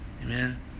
Amen